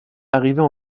arrivaient